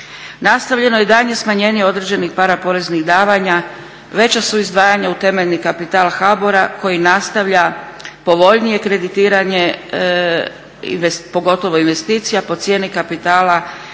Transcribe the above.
Nastavljeno je daljnje smanjenje određenih … poreznih davanja, veća su izdvajanja u temeljni kapital HABOR-a koji nastavlja povoljnije kreditiranje, pogotovo investicija po cijeni kapitala